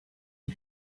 les